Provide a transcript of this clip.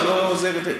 את לא עוזרת לי,